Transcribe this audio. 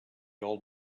old